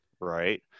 right